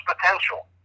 potential